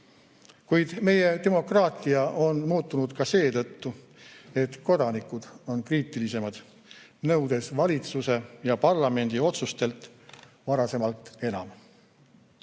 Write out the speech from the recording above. Kuid meie demokraatia on muutunud ka seetõttu, et kodanikud on kriitilisemad, nõudes valitsuse ja parlamendi otsustelt varasemast enam.